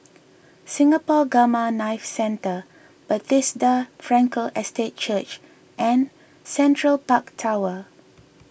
Singapore Gamma Knife Centre Bethesda Frankel Estate Church and Central Park Tower